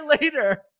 later